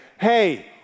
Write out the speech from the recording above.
hey